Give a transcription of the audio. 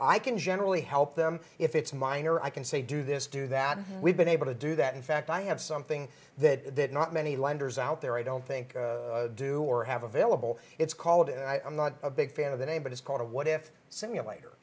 i can generally help them if it's minor i can say do this do that we've been able to do that in fact i have something that not many lenders out there i don't think do or have available it's called and i'm not a big fan of the name but it's called a what if simulator